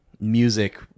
music